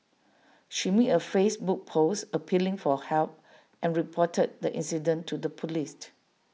she made A Facebook post appealing for help and reported the incident to the Police